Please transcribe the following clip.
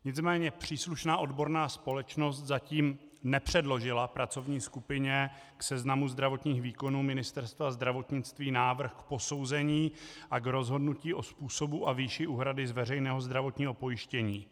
Nicméně příslušná odborná společnost zatím nepředložila pracovní skupině k seznamu zdravotních výkonů Ministerstva zdravotnictví návrh k posouzení a k rozhodnutí o způsobu a výši úhrady z veřejného zdravotního pojištění.